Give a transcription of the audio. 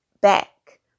back